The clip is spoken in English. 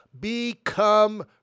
Become